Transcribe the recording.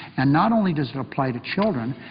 and not only does it apply to children,